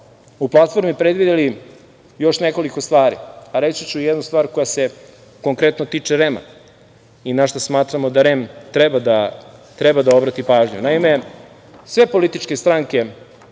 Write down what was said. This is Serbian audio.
u platformi predvideli još nekoliko stvari. Reći ću još jednu stvar koja se konkretno tiče REM-a, i na šta smatramo da REM treba da obrati pažnju. Naime, sve političke stranke